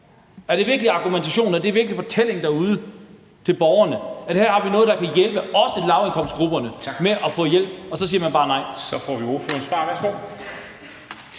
Er det virkelig argumentationen? Er det virkelig fortællingen derude til borgerne, at her har vi noget, der kan hjælpe også lavindkomstgrupperne, og så siger man bare nej? Kl. 23:44 Formanden (Henrik